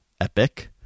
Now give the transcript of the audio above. epic